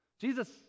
Jesus